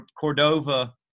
Cordova